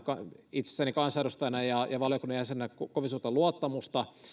itsessäni kansanedustajana ja ja valiokunnan jäsenenä kovin suurta luottamusta